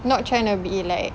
not trying to be like